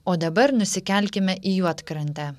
o dabar nusikelkime į juodkrantę